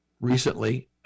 recently